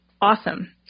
awesome